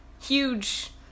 huge